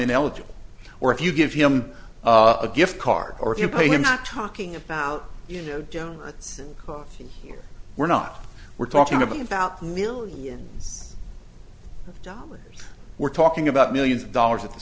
ineligible or if you give him a gift card or if you pay him not talking about you know democrats coffee here we're not we're talking about millions of dollars we're talking about millions of dollars at the